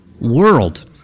World